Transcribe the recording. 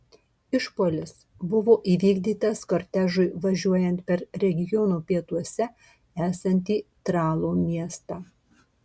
išpuolis buvo įvykdytas kortežui važiuojant per regiono pietuose esantį tralo miestą